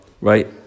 right